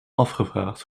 afgevraagd